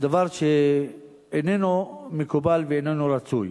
דבר שאיננו מקובל ואיננו רצוי.